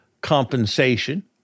compensation